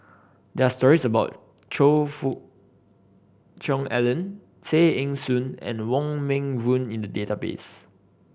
there are stories about Choe Fook Cheong Alan Tay Eng Soon and Wong Meng Voon in the database